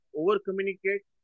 over-communicate